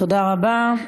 תודה רבה.